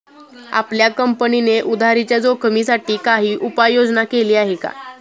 आपल्या कंपनीने उधारीच्या जोखिमीसाठी काही उपाययोजना केली आहे का?